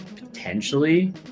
potentially